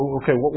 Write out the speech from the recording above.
okay